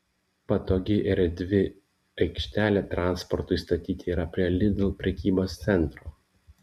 patogi ir erdvi aikštelė transportui statyti yra prie lidl prekybos centro